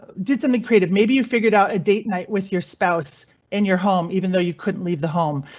did something created. maybe you figured out a date night with your spouse in your home even though you couldn't leave the home.